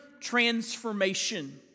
transformation